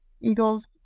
Eagles